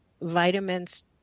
vitamins